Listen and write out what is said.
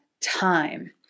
time